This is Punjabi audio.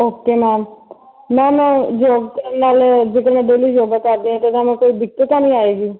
ਓਕੇ ਮੈਮ ਮੈਮ ਯੋਗਾ ਨਾਲ ਜਦੋਂ ਮੈਂ ਡੇਲੀ ਯੋਗਾ ਕਰਦੀ ਹਾਂ ਤਾਂ ਤੁਹਾਨੂੰ ਕੋਈ ਦਿੱਕਤ ਤਾਂ ਨਹੀਂ ਆਏਗੀ